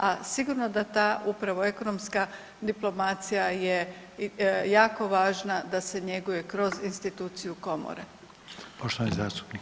A sigurno da ta upravo ekonomska diplomacija je jako važna da se njeguje kroz instituciju komore.